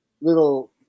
little